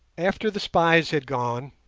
after the spies had gone,